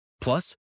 Plus